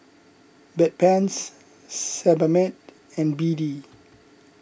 Bedpans Sebamed and B D